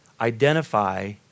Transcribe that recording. identify